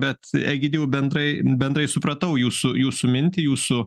bet egidijau bendrai bendrai supratau jūsų jūsų mintį jūsų